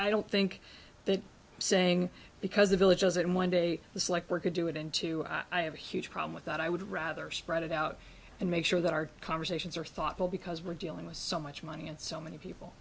i don't think that saying because the villages in one day this like were could do it in two i have a huge problem with that i would rather spread it out and make sure that our conversations are thoughtful because we're dealing with so much money and so many people